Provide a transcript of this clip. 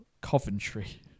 Coventry